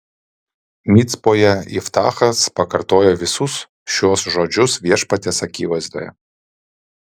micpoje iftachas pakartojo visus šiuos žodžius viešpaties akivaizdoje